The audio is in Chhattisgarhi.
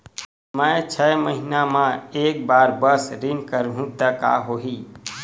मैं छै महीना म एक बार बस ऋण करहु त का होही?